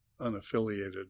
unaffiliated